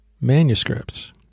manuscripts